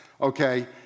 Okay